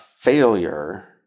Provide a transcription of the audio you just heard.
failure